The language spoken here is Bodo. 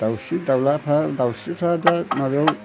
दाउस्रि दाउलाफ्रा दाउस्रिफ्रा दा माबायाव